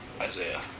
Isaiah